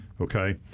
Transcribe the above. okay